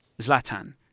Zlatan